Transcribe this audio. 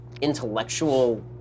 intellectual